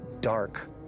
dark